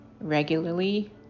regularly